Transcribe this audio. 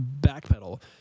backpedal